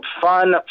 fun